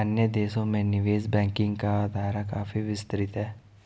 अन्य देशों में निवेश बैंकिंग का दायरा काफी विस्तृत है